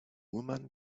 woman